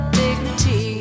dignity